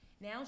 Now